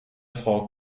frau